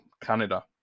Canada